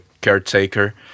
caretaker